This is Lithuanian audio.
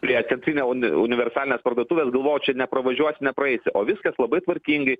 prie centrinės universalinės parduotuvės galvojau čia nepravažiuosi nepraeisi o viskas labai tvarkingai